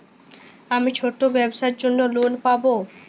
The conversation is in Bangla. আমি ছোট ব্যবসার জন্য লোন পাব?